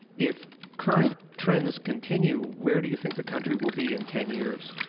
if current trends continue, where do you think the country will be in ten years?